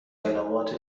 کلمات